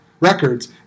records